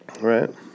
right